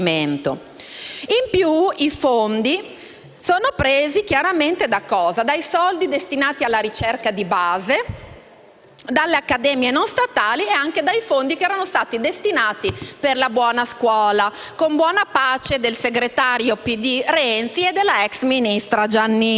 In più da dove sono prelevati i fondi? Dai soldi destinati alla ricerca di base, dalle accademie non statali e anche dai fondi che erano stati destinati alla legge sulla buona scuola, con buona pace del segretario PD Renzi e della ex ministra Giannini.